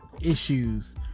issues